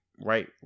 right